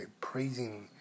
praising